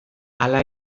hala